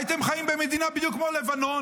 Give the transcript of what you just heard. הייתם חיים במדינה בדיוק כמו לבנון,